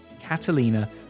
Catalina